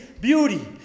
beauty